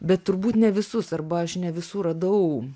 bet turbūt ne visus arba aš ne visų radau